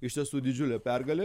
iš tiesų didžiulė pergalė